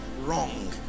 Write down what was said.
wrong